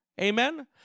Amen